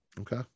okay